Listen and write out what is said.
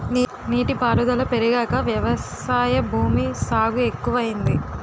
నీటి పారుదుల పెరిగాక వ్యవసాయ భూమి సాగు ఎక్కువయింది